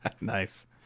Nice